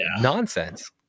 nonsense